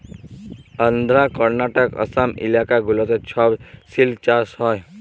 আল্ধ্রা, কর্লাটক, অসম ইলাকা গুলাতে ছব সিল্ক চাষ হ্যয়